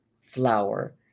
flower